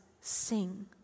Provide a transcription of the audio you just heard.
sing